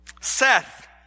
Seth